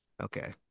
Okay